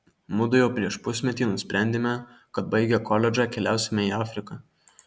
mudu jau prieš pusmetį nusprendėme kad baigę koledžą keliausime į afriką